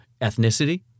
ethnicity